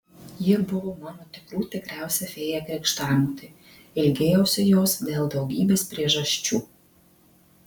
ji buvo mano tikrų tikriausia fėja krikštamotė ilgėjausi jos dėl daugybės priežasčių